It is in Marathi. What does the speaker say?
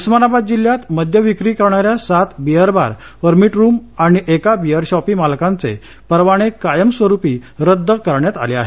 उस्मानाबाद जिल्ह्यात मद्य विक्री करणाऱ्या सात बिअर बार परमिट रूम आणि एका बिअर शॉपी मालकांचे परवाने कायमस्वरूपी रद्द करण्यात आले आहेत